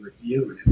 reviewed